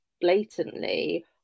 blatantly